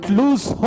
lose